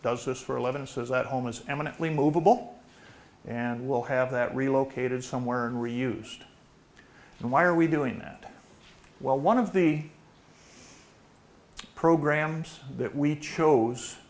does this for a living says that home is eminently movable and we'll have that relocated somewhere and reused and why are we doing that well one of the programs that we chose